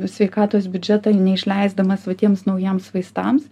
sveikatos biudžetą neišleisdamas va tiems naujiems vaistams